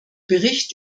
bericht